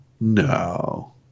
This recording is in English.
No